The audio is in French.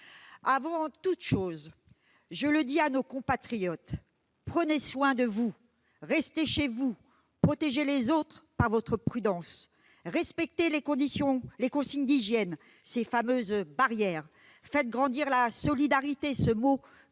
Avant toute chose, je le dis à nos compatriotes : prenez soin de vous, restez chez vous, protégez les autres par votre prudence ; respectez les consignes d'hygiène, ces fameuses barrières ; faites grandir la solidarité, ce mot que